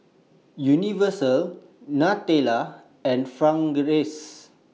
Universal Nutella and Fragrance